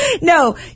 No